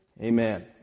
Amen